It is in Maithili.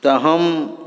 तऽ हम